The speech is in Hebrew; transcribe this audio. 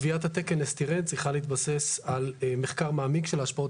קביעת התקן לסטירן צריכה להתבסס על מחקר מעמיק של ההשפעות